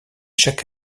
chaque